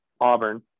Auburn